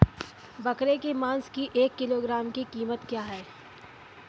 बकरे के मांस की एक किलोग्राम की कीमत क्या है?